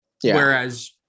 Whereas